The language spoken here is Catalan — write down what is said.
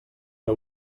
era